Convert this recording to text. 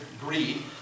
greed